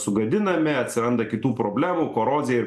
sugadinami atsiranda kitų problemų korozija ir